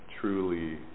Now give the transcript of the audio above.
truly